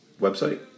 website